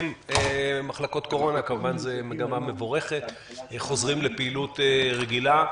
מחלקות קורונה וחוזרים לפעילות רגילה,